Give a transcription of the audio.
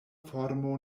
formo